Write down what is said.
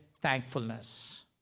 thankfulness